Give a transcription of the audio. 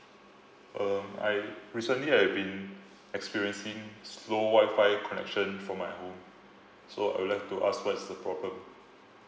um I recently I've been experiencing some slow Wi-Fi connection for my home so I would like to ask what is the problem